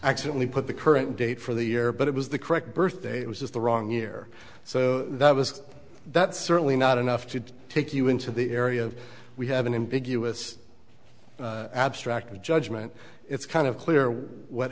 actually put the current date for the year but it was the correct birthday it was just the wrong year so that was that's certainly not enough to take you into the area we have been in big us abstract judgement it's kind of clear what